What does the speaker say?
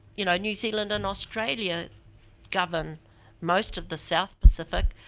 you know new zealand and australia govern most of the south pacific,